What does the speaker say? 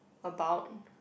about